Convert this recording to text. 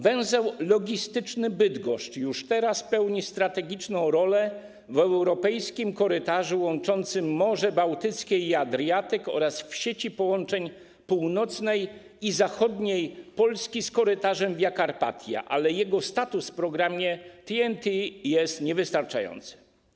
Węzeł logistyczny Bydgoszcz już teraz pełni strategiczną rolę w europejskim korytarzu łączącym Morze Bałtyckie z Adriatykiem oraz w sieci połączeń północnej i zachodniej Polski z korytarzem Via Carpatia, ale jego status w programie TEN-T jest niewystarczający.